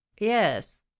yes